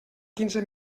quinze